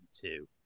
two